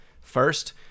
first